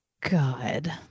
God